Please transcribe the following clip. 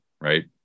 right